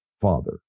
Father